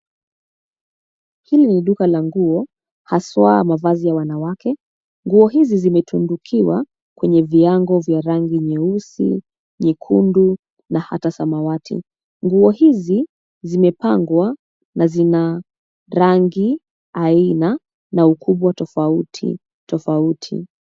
Hili ni duka la nguo, haswaa mavazi ya wanawake, nguo hizi zimetundukiwa, kwenye viango vya rangi nyeusi, nyekundu na hata samawati, nguo hizi, zimepangwa, na zina, rangi, aina na ukubwa tofauti tofauti.